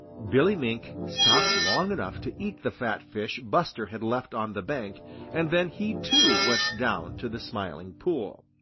billy mink stopped long enough to eat the fat fish buster had left on the bank and then he too went down to the smiling pool.